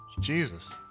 Jesus